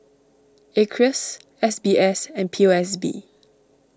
Acres S B S and P O S B